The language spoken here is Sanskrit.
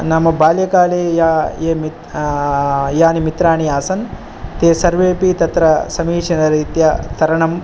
नाम बाच्ल्य काले या ये मि यानि मित्राणि आसन् ते सर्वेऽपि तत्र समीचीन रीत्या तरणं